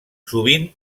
sovint